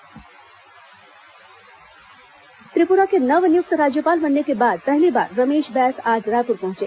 रमेश बैस स्वागत त्रिप्ररा के नवनियुक्त राज्यपाल बनने के बाद पहली बार रमेश बैस आज रायपुर पहुंचे